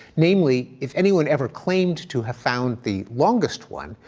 namely if anyone ever claimed to have found the longest one,